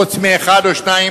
חוץ מאחד או שניים,